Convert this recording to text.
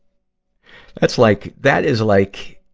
that's like, that is like,